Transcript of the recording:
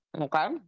okay